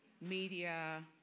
Media